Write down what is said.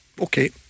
Okay